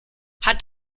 hat